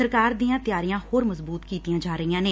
ਸਰਕਾਰ ਦੀਆਂ ਤਿਆਰੀਆਂ ਹੋਰ ਮਜ਼ਬੂਤ ਕੀਤੀਆਂ ਜਾ ਰਹੀਆਂ ਨੇ